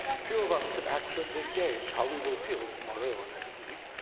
few of us can accurately gauge how we will feel tomorrow or next week.